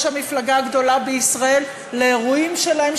המפלגה הגדולה בישראל לאירועים שלהם,